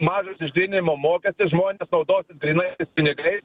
mažas išgryninimo mokestis žmonės naudosis grynaisiais pinigais